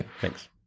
Thanks